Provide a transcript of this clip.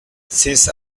since